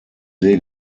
see